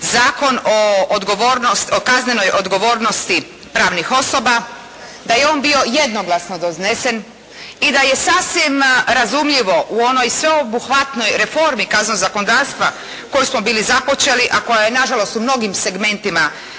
Zakon o kaznenoj odgovornosti pravnih osoba, da je on bio jednoglasno donesen i da je sasvim razumljivo u onoj sveobuhvatnoj reformi kaznenog zakonodavstva koju smo bili započeli, a koja je na žalost u mnogim segmentima